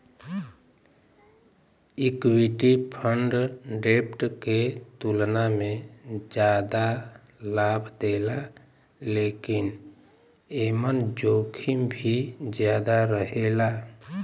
equity fund डेब्ट के तुलना में जादा लाभ देला लेकिन एमन जोखिम भी ज्यादा रहेला